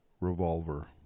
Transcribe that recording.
revolver